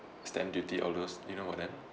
stamp duty all those do you know about them